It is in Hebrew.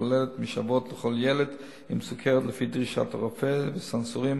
הכוללות משאבות לכל ילד עם סוכרת לפי דרישת הרופא וסנסורים